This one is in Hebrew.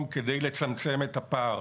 תודה.